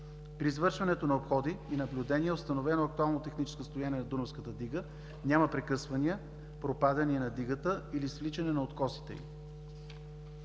При извършването на обходи и наблюдения е установено актуално техническо състояние на дунавската дига, няма прекъсвания, пропадания на дигата или свличане на откосите й.